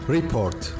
Report